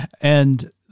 And-